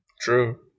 true